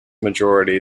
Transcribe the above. majority